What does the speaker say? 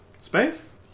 space